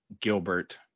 Gilbert